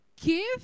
Give